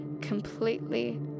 completely